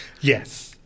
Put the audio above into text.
Yes